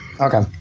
Okay